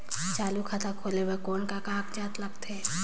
चालू खाता खोले बर कौन का कागजात लगथे?